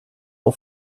for